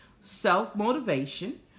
Self-motivation